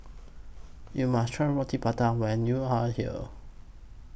YOU must Try Roti Prata when YOU Are here